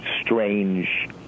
strange